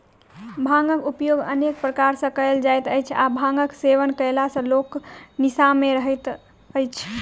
भांगक उपयोग अनेक प्रकार सॅ कयल जाइत अछि आ भांगक सेवन कयला सॅ लोक निसा मे रहैत अछि